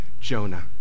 jonah